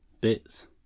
bits